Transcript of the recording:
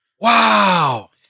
wow